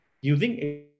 using